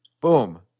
Boom